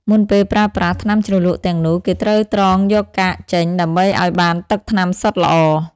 មុនពេលប្រើប្រាស់ ថ្នាំជ្រលក់ទាំងនោះ គេត្រូវត្រងយកកាកចេញដើម្បីឱ្យបានទឹកថ្នាំសុទ្ធល្អ។